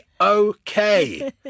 okay